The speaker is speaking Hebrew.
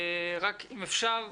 רק אם אפשר,